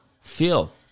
feel